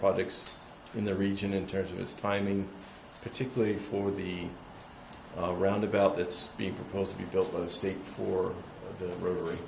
projects in the region in terms of its timing particularly for the all around the belt that's being proposed to be built by the state for the river